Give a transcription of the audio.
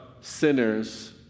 sinners